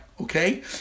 okay